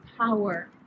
power